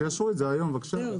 שיעשו את זה היום, בבקשה.